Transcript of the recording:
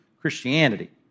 Christianity